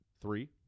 three